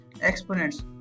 exponents